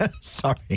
Sorry